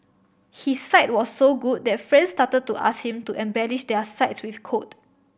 his site was so good that friends started to ask him to embellish their sites with code